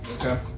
Okay